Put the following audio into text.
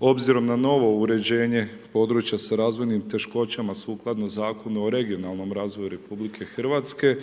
obzirom na novo uređenje područja s razvojnim teškoćama sukladno Zakonu o regionalnom razvoju RH,